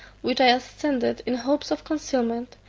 which i ascended in hopes of concealment,